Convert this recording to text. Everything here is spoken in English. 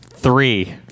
three